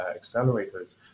accelerators